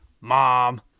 Mom